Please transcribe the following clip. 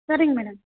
சரிங்க மேடம்